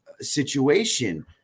situation